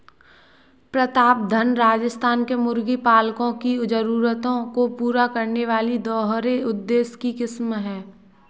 प्रतापधन राजस्थान के मुर्गी पालकों की जरूरतों को पूरा करने वाली दोहरे उद्देश्य की किस्म है